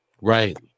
Right